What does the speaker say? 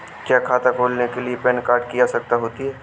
क्या खाता खोलने के लिए पैन कार्ड की आवश्यकता होती है?